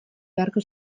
beharko